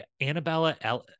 Annabella